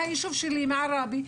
מהישוב שלי מעראבה,